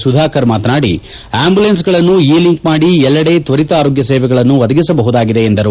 ಸುಧಾಕರ್ ಮಾತನಾಡಿ ಆಂಬ್ಯಲೆನ್ಸ್ಗಳನ್ನು e link ಮಾಡಿ ಎಲ್ಲೆಡೆ ತ್ವರಿತ ಆರೋಗ್ಯ ಸೇವೆಗಳನ್ನೂ ಒದಗಿಸಬಹುದಾಗಿದೆ ಎಂದರು